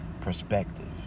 perspective